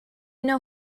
know